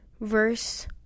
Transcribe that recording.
verse